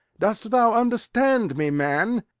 dost thou understand me, man?